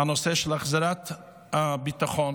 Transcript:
של החזרת הביטחון,